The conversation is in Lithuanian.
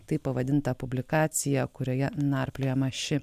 taip pavadinta publikacija kurioje narpliojama ši